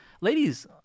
ladies